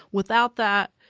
without that,